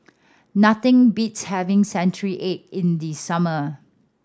nothing beats having century egg in the summer